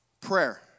Prayer